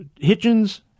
Hitchens